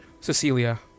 Cecilia